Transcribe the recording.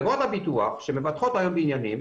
הביטוח שמבטחות היום בניינים,